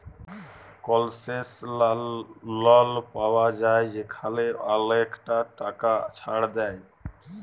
কলসেশলাল লল পাউয়া যায় যেখালে অলেকটা টাকা ছাড় দেয়